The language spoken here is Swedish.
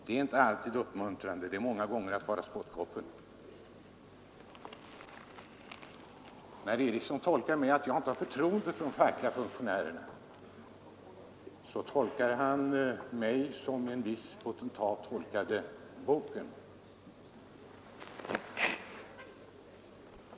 Det är inte alltid uppmuntrande, och det innebär många gånger att denne får vara ”spottkopp”. När herr Eriksson tolkar mina uttalanden så att jag inte har förtroende för de fackliga funktionärerna ute på arbetsplatserna tolkar han mig som en viss potentat tolkade Boken.